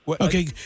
Okay